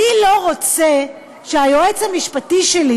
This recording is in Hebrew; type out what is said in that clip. אני לא רוצה שהיועץ המשפטי שלי,